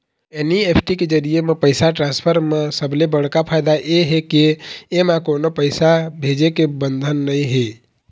NEFT के जरिए म पइसा ट्रांसफर म सबले बड़का फायदा ए हे के एमा कोनो पइसा भेजे के बंधन नइ हे